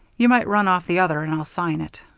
you might run off the other and i'll sign it.